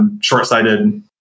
short-sighted